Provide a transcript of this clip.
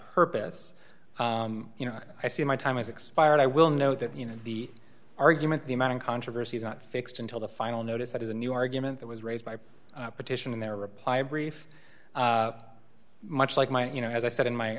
purpose you know i see my time has expired i will note that you know the argument the amount of controversy is not fixed until the final note is that is a new argument that was raised by a petition in their reply brief much like my you know as i said in my